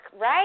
right